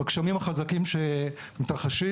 בגשמים החזקים שמתרחשים,